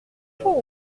chose